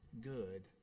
good